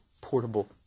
portable